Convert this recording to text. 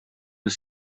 без